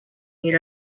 need